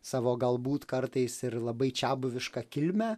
savo galbūt kartais ir labai čiabuvišką kilmę